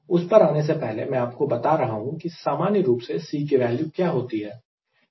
उस पर आने से पहले मैं आपको बता रहा हूं की सामान्य रूप से C की वैल्यू क्या होती है